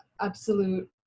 absolute